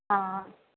ஆ ஆ